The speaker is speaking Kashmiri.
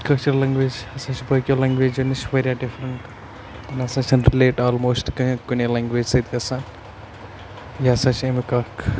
کٲشِر لنٛگویج ہَسا چھِ بٲقٕیو لنٛگویجو نِش واریاہ ڈِفرَنٹ یہِ نہٕ ہَسا چھَنہٕ رٕلیٹ آلموسٹ کَران کُنے لنٛگویج سۭتۍ گژھان یہِ ہَسا چھِ اَمیُک اَکھ